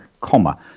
comma